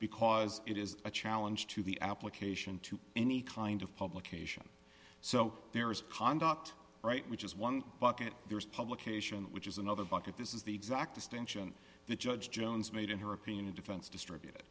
because it is a challenge to the application to any kind of publication so there is conduct right which is one bucket there is publication which is another bucket this is the exact distinction the judge jones made in her opinion a defense distributed